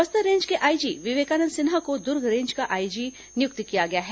Bastar range के IG Vivekanand Sinha को Durg range का आईजी नियुक्त किया गया है